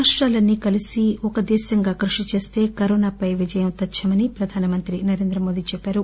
రాష్టాలన్నీ కలిసి ఒక దేశంగా కృషి చేస్తే కరోనాపై విజయం తధ్యమని ప్రధానమంత్రి చెప్పారు